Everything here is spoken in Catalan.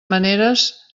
maneres